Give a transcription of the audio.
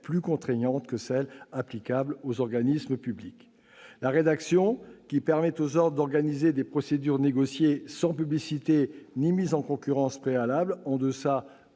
plus contraignantes que celles qui sont applicables aux organismes publics. La rédaction qui permet aux ordres d'organiser des procédures négociées sans publicité ni mise en concurrence préalable en deçà